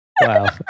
Wow